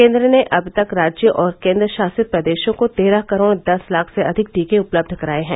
केंद्र ने अब तक राज्यों और केंद्र शासित प्रदेशों को तेरह करोड दस लाख से अधिक टीके उपलब्ध कराए है